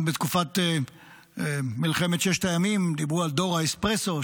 גם בתקופת מלחמת ששת הימים דיברו על דור האספרסו,